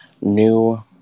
new